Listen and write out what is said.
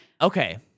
okay